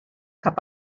cap